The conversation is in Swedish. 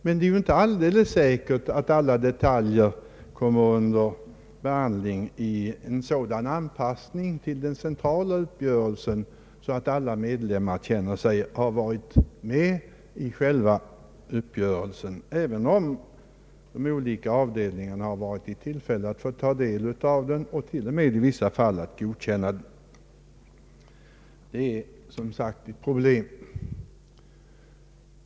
Men det är inte alldeles säkert att alla detaljer kommer upp till behandling i en sådan anpassning till den centrala uppgörelsen att alla medlemmar känner med sig att de varit med om själva uppgörelsen, även om de olika avdelningarna har varit i tillfälle att ta del av den och även i vissa fall godkänna den. Det är som sagt ett problem.